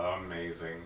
amazing